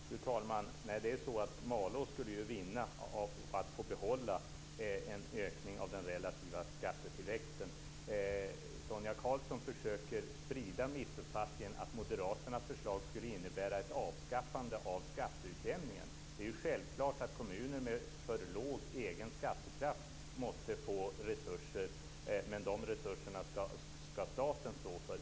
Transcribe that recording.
Fru talman! Nej, Malå skulle vinna på att få behålla en ökning av den relativa skattetillväxten. Sonia Karlsson försöker sprida missuppfattningen att moderaternas förslag skulle innebära ett avskaffande av skatteutjämningen. Det är självklart att kommuner med för låg egen skattekraft måste få resurser, men de resurserna ska staten stå för.